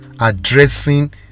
addressing